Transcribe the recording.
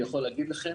אני יכול להגיד לכם